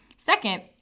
Second